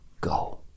go